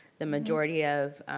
the majority of